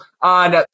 on